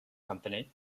company